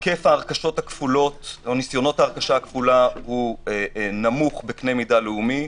היקף ניסיונות ההרכשה הכפולה נמוך בקנה מידה לאומי,